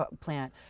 plant